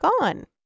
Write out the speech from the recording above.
on